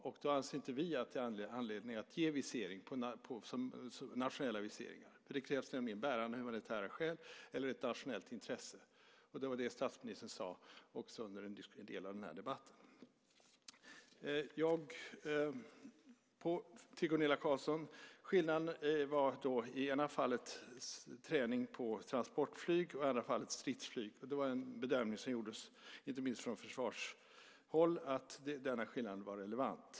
Vi anser då inte att det finns anledning att ge nationell visering. Det krävs nämligen bärande humanitära skäl eller ett nationellt intresse. Det sade statsministern också under en del av den här debatten. Till Gunilla Carlsson vill jag säga att skillnaden var att det i det ena fallet var träning med transportflyg och i det andra fallet stridsflyg. Den bedömning som gjordes, inte minst från försvarshåll, var att den skillnaden var relevant.